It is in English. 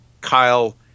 Kyle